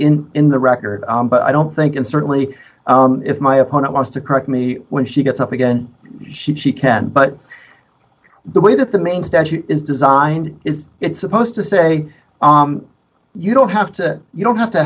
in in the record but i don't think and certainly if my opponent wants to correct me when she gets up again she can but the way that the main statute is designed is it's supposed to say you don't have to you don't have to